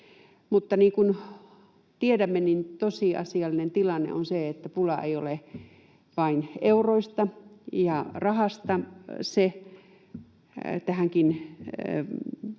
mutta niin kuin tiedämme, niin tosiasiallinen tilanne on se, että pulaa ei ole vain euroista ja rahasta. Se tähänkin